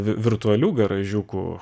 vi virtualių garažiukų